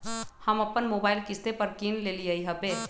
हम अप्पन मोबाइल किस्ते पर किन लेलियइ ह्बे